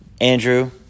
Andrew